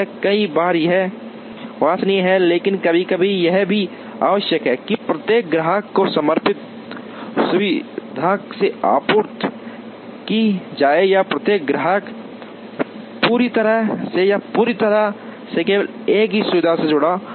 कई बार यह वांछनीय है लेकिन कभी कभी यह भी आवश्यक है कि प्रत्येक ग्राहक को समर्पित सुविधा से आपूर्ति की जाए या प्रत्येक ग्राहक पूरी तरह से या पूरी तरह से केवल एक ही सुविधा से जुड़ा हो